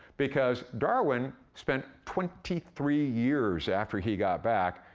because darwin spent twenty three years after he got back,